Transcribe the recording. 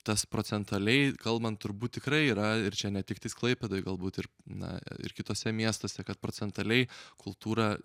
tas procentaliai kalbant turbūt tikrai yra ir čia ne tik tais klaipėdoj galbūt ir na ir kituose miestuose kad procentaliai kultūrą